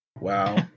Wow